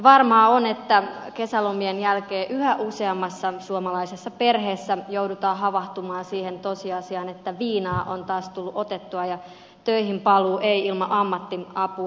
varmaa on että kesälomien jälkeen yhä useammassa suomalaisessa perheessä joudutaan havahtumaan siihen tosiasiaan että viinaa on taas tullut otettua ja töihinpaluu ei ilman ammattiapua onnistu